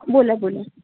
बोला बोला